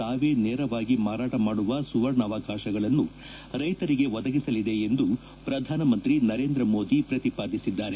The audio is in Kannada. ತಾವೇ ನೇರವಾಗಿ ಮಾರಾಟ ಮಾಡುವ ಸುವರ್ಣಾವಕಾಶಗಳನ್ನು ರೈತರಿಗೆ ಒದಗಿಸಲಿದೆ ಎಂದು ಪ್ರಧಾನ ಮಂತ್ರಿ ನರೇಂದ್ರ ಮೋದಿ ಪ್ರತಿಪಾದಿಸಿದ್ದಾರೆ